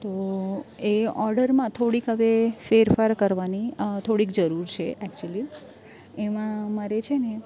તો એ ઓર્ડરમાં થોડાંક હવે ફેરફાર કરવાની થોડીક જરૂર છે એકચૂલી એમાં મારે છે ને